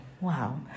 Wow